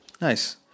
Nice